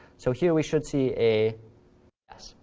so here we should see a yes.